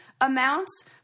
amounts